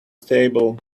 stable